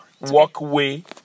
walkway